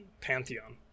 Pantheon